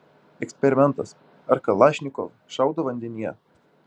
eksperimentas ar kalašnikov šaudo vandenyje